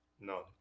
No